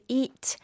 eat